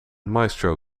maestro